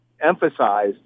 emphasize